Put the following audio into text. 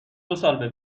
دوسال